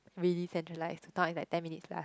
really centralised now is like ten minutes lah